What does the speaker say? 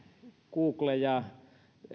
google ja